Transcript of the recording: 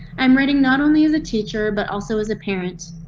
i'm writing not only as a teacher, but also as a parent.